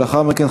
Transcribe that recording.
ולאחר מכן,